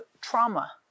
trauma